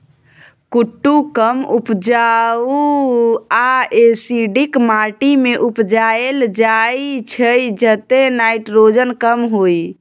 कुट्टू कम उपजाऊ आ एसिडिक माटि मे उपजाएल जाइ छै जतय नाइट्रोजन कम होइ